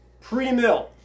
pre-mill